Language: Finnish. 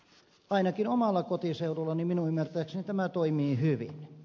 ainakin omalla kotiseudullani minun ymmärtääkseni tämä toimii hyvin